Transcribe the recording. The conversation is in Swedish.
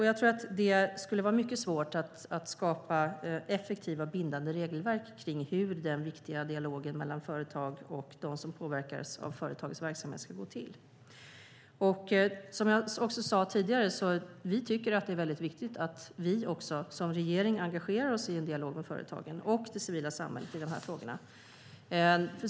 Jag tror att det skulle vara mycket svårt att skapa effektiva bindande regelverk kring hur den viktiga dialogen mellan företag och dem som påverkas av företagens verksamhet ska gå till. Som jag också sade tidigare tycker vi att det är väldigt viktigt att vi som regering engagerar oss i en dialog med företagen och det civila samhället i de här frågorna.